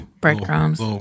Breadcrumbs